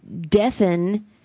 deafen